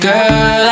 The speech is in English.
Girl